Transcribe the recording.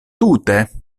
tute